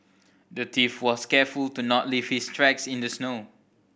the thief was careful to not leave his tracks in the snow